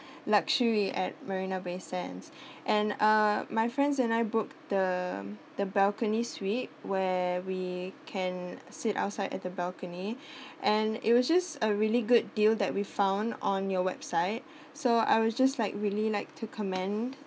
luxury at marina bay sands and uh my friends and I booked the the balcony suite where we can sit outside at the balcony and it was just a really good deal that we found on your website so I was just like really like to commend